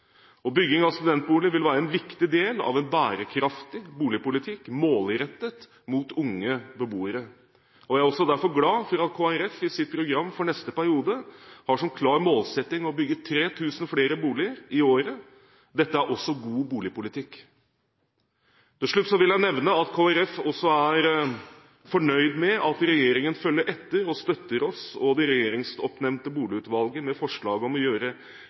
boliger. Bygging av studentboliger vil være en viktig del av en bærekraftig boligpolitikk, målrettet mot unge beboere. Jeg er derfor glad for at Kristelig Folkeparti i sitt program for neste periode har som klar målsetting å bygge 3 000 flere boliger i året. Dette er også god boligpolitikk. Til slutt vil jeg nevne at Kristelig Folkeparti er fornøyd med at regjeringen følger etter og støtter oss og det regjeringsoppnevnte Boligutvalget med forslaget om å gjøre